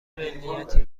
ملیتی